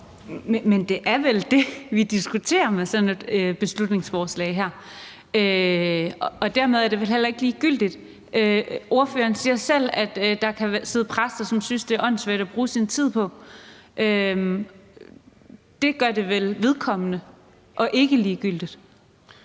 Men det er vel det, vi diskuterer med sådan et beslutningsforslag her, og dermed er det vel heller ikke ligegyldigt. Ordføreren siger selv, at der kan sidde præster, som synes, det er åndssvagt at bruge deres tid på det. Det gør det vel vedkommende og ikke ligegyldigt.